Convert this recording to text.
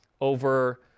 over